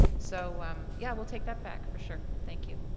so yeah, we'll take that back for sure. thank you.